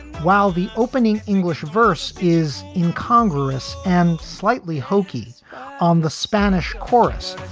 while the opening english verse is incongruous and slightly hokey on the spanish chorus,